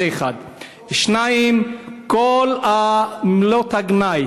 זה, 1. שנית, כל מילות הגנאי